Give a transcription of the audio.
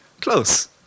Close